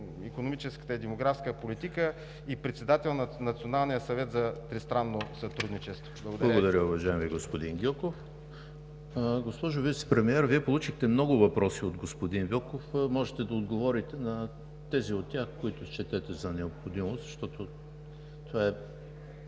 икономическата и демографската политика и председател на Националния съвет за тристранно сътрудничество? Благодаря Ви. ПРЕДСЕДАТЕЛ ЕМИЛ ХРИСТОВ: Благодаря, уважаеми господин Гьоков. Госпожо Вицепремиер, Вие получихте много въпроси от господин Гьоков. Можете да отговорите на тези от тях, които счетете за необходимо, защото това е